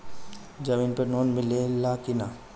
जमीन पे लोन मिले ला की ना?